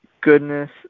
goodness